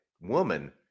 woman